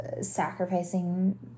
sacrificing